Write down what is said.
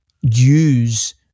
use